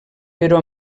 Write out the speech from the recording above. però